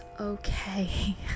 okay